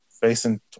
facing